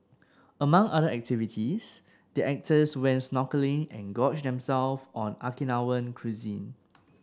among other activities the actors went snorkelling and gorged themselves on Okinawan cuisine